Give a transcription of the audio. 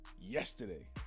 yesterday